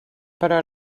però